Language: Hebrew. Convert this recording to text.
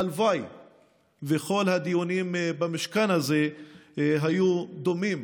הלוואי שכל הדיונים במשכן הזה היו דומים